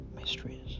mysteries